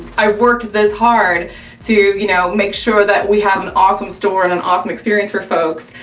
i worked this hard to, you know, make sure that we have an awesome store and an awesome experience for folks,